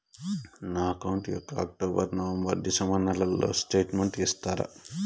నా అకౌంట్ యొక్క October, November, December నెలల స్టేట్మెంట్ ఇస్తారా?